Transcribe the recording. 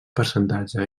percentatge